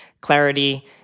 clarity